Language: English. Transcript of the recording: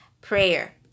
prayer